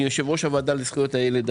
ואני יושב ראש הוועדה לזכויות הילד,